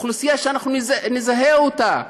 אוכלוסייה שאנחנו נזהה אותה,